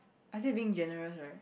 I said being generous right